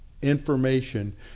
information